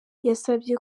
yasabye